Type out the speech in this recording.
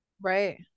right